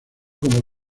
como